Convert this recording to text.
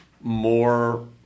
more